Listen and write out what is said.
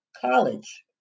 college